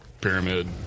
Pyramid